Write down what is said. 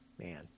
Man